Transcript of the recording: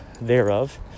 thereof